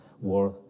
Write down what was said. war